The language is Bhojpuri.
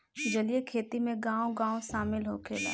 जलीय खेती में गाँव गाँव शामिल होखेला